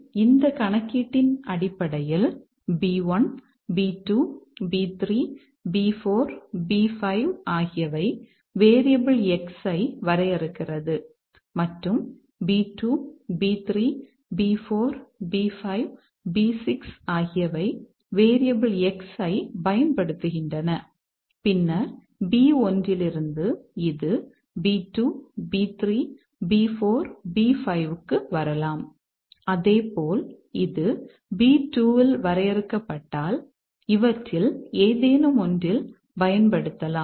எனவே அந்த கணக்கீட்டின் அடிப்படையில் B1 B2 B3 B4 B5 ஆகியவை வேரியபிள் X ஐ வரையறுக்கிறது மற்றும் B2 B3 B4 B5 B6 ஆகியவை வேரியபிள் X ஐ பயன்படுத்துகின்றன பின்னர் B1 இலிருந்து இது B2 B3 B4 B5 க்கு வரலாம் அதேபோல் இது B2 இல் வரையறுக்கப்பட்டால் இவற்றில் ஏதேனும் ஒன்றில் பயன்படுத்தலாம்